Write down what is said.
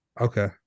Okay